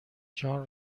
جان